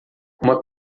uma